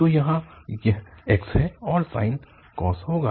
तो यहाँ यह x है और sine cos होगा